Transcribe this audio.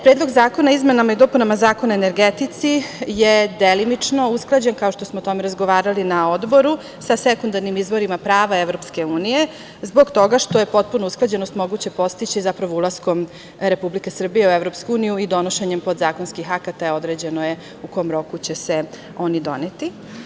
Predlog zakona o izmenama i dopunama Zakona o energetici je delimično usklađen, kao što smo o tome razgovarali na Odboru sa sekundarnim izvorima prava EU, zbog toga što je potpuna usklađenost moguća postići upravo ulaskom Republike Srbije u EU i donošenjem podzakonskih akata, određeno je u kom roku će se oni doneti.